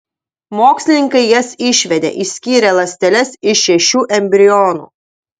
mokslininkai jas išvedė išskyrę ląsteles iš šešių embrionų